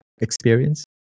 experience